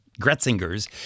Gretzinger's